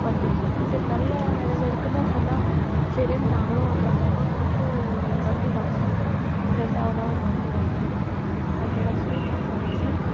வண்டி சரி நல்ல நிலையில இருக்குதுன்தான் சொன்னாங்கள் சரின்னு நாங்களும் ஒரு பத்தாயரருபா கொடுத்து ஒரு வண்டி வாங்கினோம் ரெண்டாவதாக ஒரு வண்டி வாங்கினோம் அந்த வண்டி என்ன பண்ணுச்சு